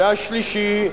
והשלישי,